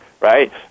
right